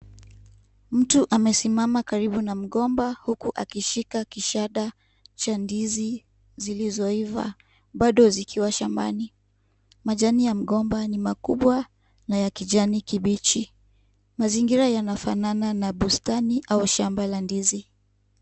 Mtu amesimama karibu na mgomba huku akishika kishada cha ndizi zilizoiva, bado zikiwa shambani. Majani ya mgomba ni makubwa na niyakijani kibichi. Mazingira yanafanana na bustani au shamba la ndizi.